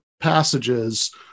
passages